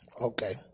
Okay